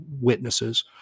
witnesses